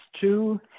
Two